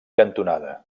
cantonada